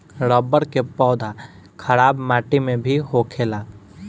रबड़ के पौधा खराब माटी में भी होखेला